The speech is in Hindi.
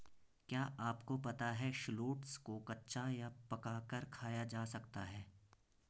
क्या आपको पता है शलोट्स को कच्चा या पकाकर खाया जा सकता है?